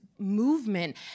movement